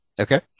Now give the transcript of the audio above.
Okay